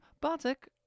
Bartek